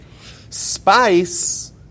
Spice